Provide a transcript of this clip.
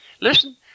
Listen